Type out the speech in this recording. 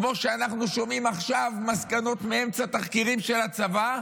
כמו שאנחנו שומעים עכשיו על מסקנות מאמצע תחקירים של הצבא,